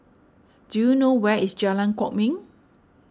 do you know where is Jalan Kwok Min